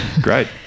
Great